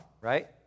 right